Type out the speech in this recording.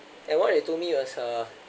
and what they told me was uh